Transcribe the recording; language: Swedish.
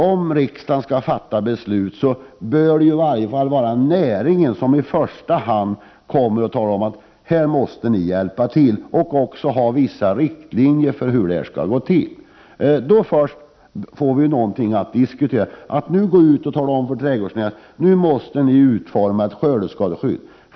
Om riksdagen skall fatta beslut, bör det i varje fall vara näringen som i första hand begär hjälp. Vidare behövs det vissa riktlinjer för hur det hela skall gå till. Först då finns det något att diskutera. Det går inte att bara gå ut och säga att trädgårdsnäringen måste utforma ett skördeskadeskydd.